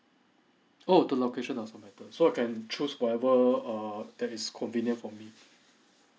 oh the location also matter so I can choose whatever err that is convenient for me